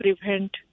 prevent